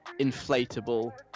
inflatable